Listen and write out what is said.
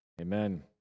Amen